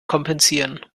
kompensieren